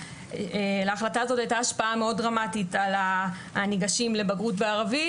שלהחלטה הזאת הייתה השפעה דרמטית על הניגשים לבגרות בערבית.